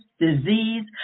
disease